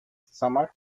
summer